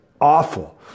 awful